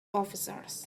officers